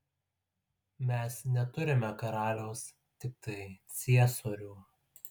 mes neturime karaliaus tiktai ciesorių